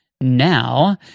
Now